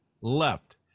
Left